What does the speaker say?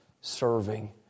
serving